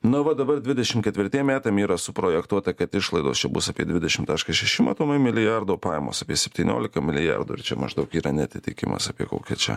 na va dabar dvidešim ketvirtiem yra suprojektuota kad išlaidos čia bus apie dvidešim taškas šeši matomai milijardo pajamos apie septyniolika milijardų ir čia maždaug yra neatitikimas apie kokią čia